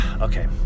Okay